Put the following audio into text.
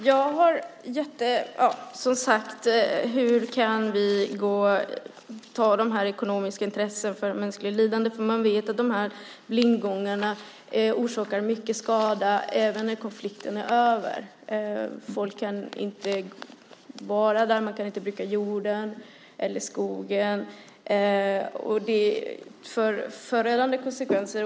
Fru talman! Som sagt: Hur kan vi sätta de ekonomiska intressena före mänskligt lidande? Man vet att blindgångarna orsakar mycket skada även när en konflikt är över. Folk kan inte vara där och kan inte bruka jorden eller skogen. Det är förödande konsekvenser.